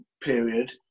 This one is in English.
period